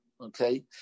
okay